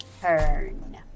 turn